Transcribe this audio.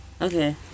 Okay